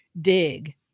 dig